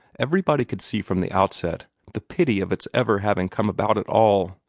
everybody could see from the outset the pity of its ever having come about at all.